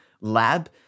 lab